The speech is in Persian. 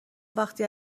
وقتی